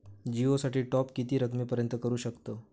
जिओ साठी टॉप किती रकमेपर्यंत करू शकतव?